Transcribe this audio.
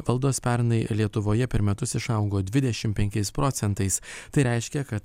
valdos pernai lietuvoje per metus išaugo dvidešim penkiais procentais tai reiškia kad